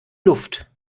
luft